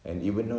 mm